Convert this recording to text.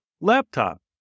laptop